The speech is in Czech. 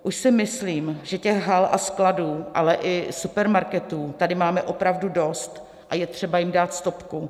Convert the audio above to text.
Už si myslím, že těch hal a skladů, ale i supermarketů tady máme opravdu dost a je třeba jim dát stopku.